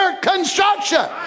construction